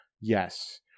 Yes